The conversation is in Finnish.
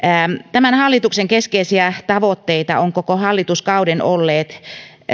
tämän hallituksen keskeisiä tavoitteita ovat koko hallituskauden olleet